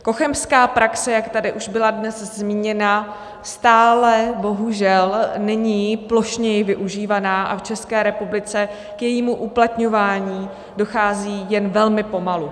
Cochemská praxe, jak tady už byla dnes zmíněna, stále bohužel není plošněji využívaná a v České republice k jejímu uplatňování dochází jen velmi pomalu.